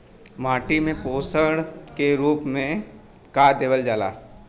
माटी में पोषण के रूप में का देवल जाला?